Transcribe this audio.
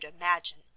imagine